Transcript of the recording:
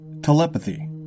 Telepathy